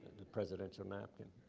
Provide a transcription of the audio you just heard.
the presidential napkin.